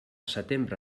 setembre